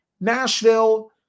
nashville